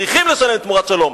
צריכים לשלם תמורת שלום,